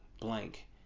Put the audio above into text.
blank